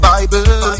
Bible